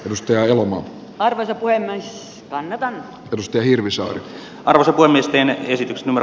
rusty elomo arveltu enossa kannetaan pystyy hirvisuon alkoholistien esitystemme